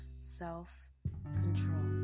self-control